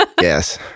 Yes